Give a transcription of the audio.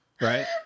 Right